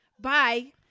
bye